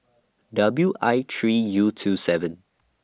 W I three U two seven